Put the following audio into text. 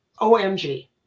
omg